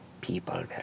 People